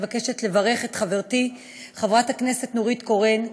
אני מבקשת לברך את חברתי חברת הכנסת נורית קורן,